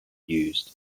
used